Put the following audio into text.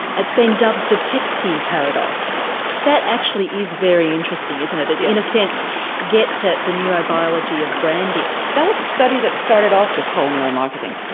it's been dubbed the pepsi paradox that actually is very interesting isn't it? in a sense gets at the neurobiology of branding. that was a study that started off this whole neuromarketing,